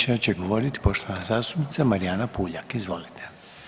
će govorit poštovana zastupnica Marijana Pulja, izvolite.